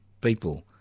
people